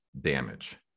damage